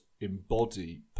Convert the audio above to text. embody